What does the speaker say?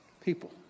people